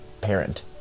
parent